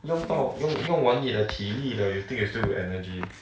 用到用用完你的体力了 you think you still got energy